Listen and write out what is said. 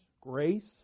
grace